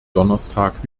donnerstag